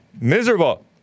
Miserable